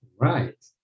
Right